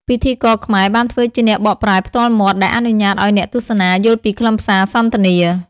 ពិធីករខ្មែរបានធ្វើជាអ្នកបកប្រែផ្ទាល់មាត់ ដែលអនុញ្ញាតឱ្យអ្នកទស្សនាយល់ពីខ្លឹមសារសន្ទនា។